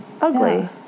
ugly